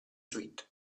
suite